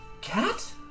cat